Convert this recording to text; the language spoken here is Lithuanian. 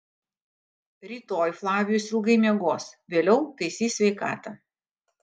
rytoj flavijus ilgai miegos vėliau taisys sveikatą